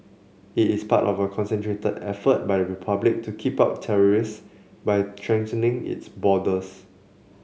it is part of a concerted effort by the republic to keep out terrorists by strengthening its borders